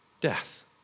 death